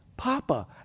Papa